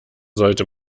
sollte